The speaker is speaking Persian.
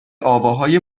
آواهای